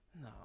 No